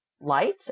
light